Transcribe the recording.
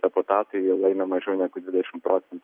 deputatai jie laimi mažiau negu dvidešim procentų